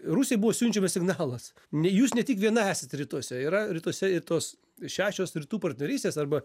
rusijai buvo siunčiamas signalas n jūs ne tik viena esat rytuose yra rytuose ir tos šešios rytų partnerystės arba